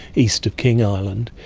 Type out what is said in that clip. east of king island.